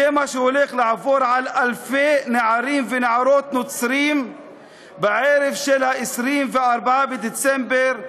זה מה שהולך לעבור על אלפי נערים ונערות נוצרים בערב 24 בדצמבר,